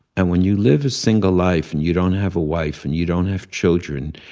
and when you live a single life and you don't have a wife and you don't have children,